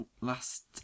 last